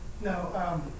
No